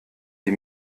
die